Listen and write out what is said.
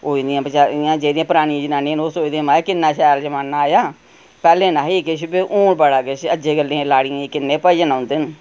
होई दियां जेह्ड़ियां परानियां जनानियां न ओह् सोचदियां माए किन्ना शैल जमाना आया पैह्ले नेईं हा इन्ना किश हून बड़ा किश ऐ अज्जै कल्लै दियां लाड़ियें गी किन्ने भजन औंदे न